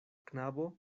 knabo